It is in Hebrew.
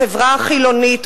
בחברה החילונית,